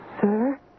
Sir